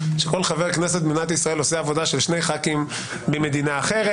שכל חבר כנסת במדינת ישראל עושה עבודה של שני חברי כנסת במדינה אחרת.